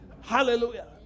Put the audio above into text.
Hallelujah